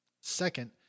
Second